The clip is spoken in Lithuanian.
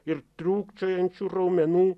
ir trūkčiojančių raumenų